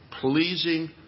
pleasing